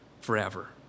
forever